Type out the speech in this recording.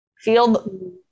feel